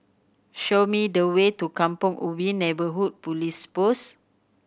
show me the way to Kampong Ubi Neighbourhood Police Post